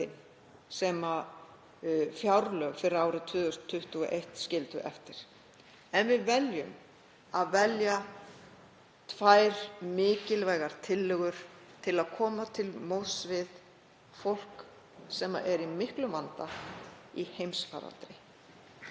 sem fjárlög fyrir árið 2021 skildu eftir en við veljum að velja tvær mikilvægar tillögur til að koma til móts við fólk sem er í miklum vanda í heimsfaraldri,